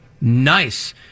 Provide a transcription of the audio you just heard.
nice